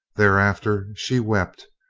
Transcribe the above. thereafter she wept,